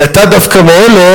כי אתה דווקא מאלה